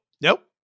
nope